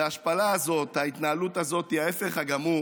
וההשפלה הזאת, ההתנהלות הזאת, היא ההפך הגמור